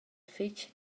fetg